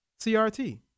CRT